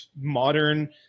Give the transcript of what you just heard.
modern